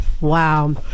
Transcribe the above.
Wow